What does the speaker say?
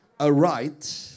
aright